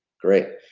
great.